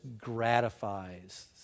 gratifies